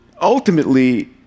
Ultimately